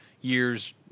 years